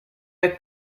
are